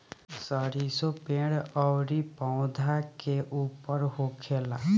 सरीसो पेड़ अउरी पौधा के ऊपर होखेला